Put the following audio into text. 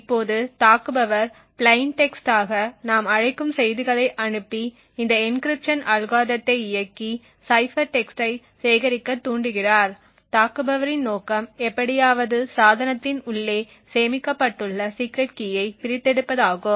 இப்போது தாக்குபவர் plain text ஆக நாம் அழைக்கும் செய்திகளை அனுப்பி இந்த என்கிரிப்ஷன் அல்காரிதத்தை இயக்கி சைபர் டெக்ஸ்டை சேகரிக்க தூண்டுகிறார் தாக்குபவரின் நோக்கம் எப்படியாவது சாதனத்தின் உள்ளே சேமிக்கப்பட்டுள்ள சீக்ரெட் கீயை பிரித்தெடுப்பதாகும்